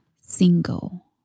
single